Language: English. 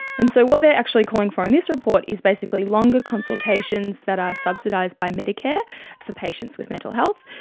and so what they are actually calling for in this report is basically longer consultations that are subsidised by medicare for patients with mental health.